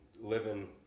living